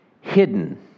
hidden